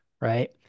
right